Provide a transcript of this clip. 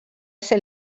ser